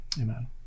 amen